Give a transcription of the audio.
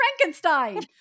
Frankenstein